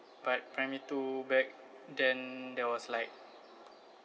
but primary two back then there was like